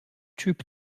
typ